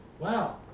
Wow